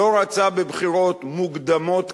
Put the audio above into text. לא רצה בבחירות מוקדמות כנראה,